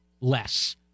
less